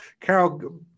Carol